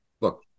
Look